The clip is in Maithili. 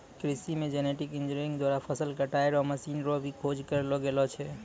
कृषि मे जेनेटिक इंजीनियर द्वारा फसल कटाई रो मशीन रो भी खोज करलो गेलो छै